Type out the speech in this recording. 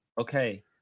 Okay